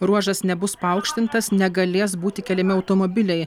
ruožas nebus paaukštintas negalės būti keliami automobiliai